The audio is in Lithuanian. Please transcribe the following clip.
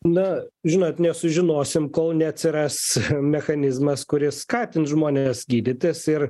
na žinot nesužinosim kol neatsiras mechanizmas kuris skatins žmones gydytis ir